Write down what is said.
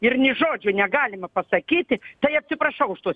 ir nei žodžio negalima pasakyti tai atsiprašau už tuos